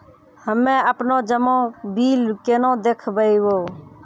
हम्मे आपनौ जमा बिल केना देखबैओ?